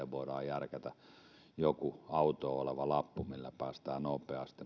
voidaan järkätä joku autoon tuleva lappu millä päästään nopeasti